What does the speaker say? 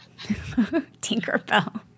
Tinkerbell